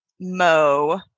Mo